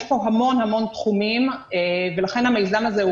יש פה המון המון תחומים ולכן המיזם הזה הוא